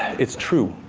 it's true.